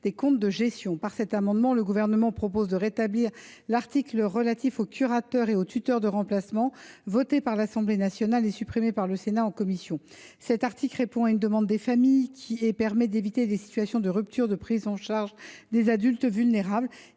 est à Mme la ministre. Par cet amendement, le Gouvernement propose de rétablir l’article relatif au curateur et au tuteur de remplacement, voté par l’Assemblée nationale et supprimé par le Sénat en commission. Cet article répond à une demande des familles. Il permet d’éviter des situations de rupture de prise en charge des adultes vulnérables.